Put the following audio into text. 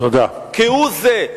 כהוא זה,